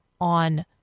on